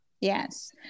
Yes